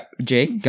Jake